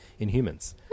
Inhumans